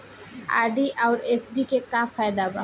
RD आउर FD के का फायदा बा?